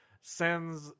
Sends